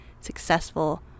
successful